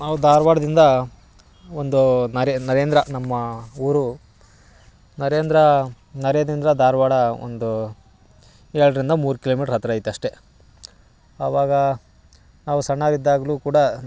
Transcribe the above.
ನಾವು ದಾರ್ವಾಡ್ದಿಂದ ಒಂದು ನರೇ ನರೇಂದ್ರ ನಮ್ಮ ಊರು ನರೇಂದ್ರ ನರೇಂದ್ರ ಧಾರ್ವಾಡ ಒಂದು ಎರಡರಿಂದ ಮೂರು ಕಿಲೋಮೀಟರ್ ಹತ್ರ ಐತಿ ಅಷ್ಟೇ ಆವಾಗ ನಾವು ಸಣ್ಣೋರು ಇದ್ದಾಗ ಕೂಡ